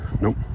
nope